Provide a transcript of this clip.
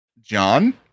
John